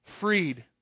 freed